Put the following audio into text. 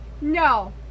No